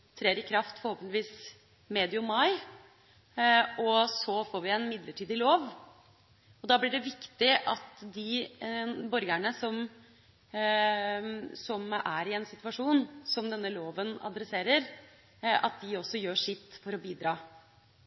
trer i kraft medio mai, og så får vi en midlertidig lov. Da blir det viktig at de borgerne som er i en situasjon som denne loven adresserer, at de også gjør sitt for å bidra.